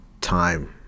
time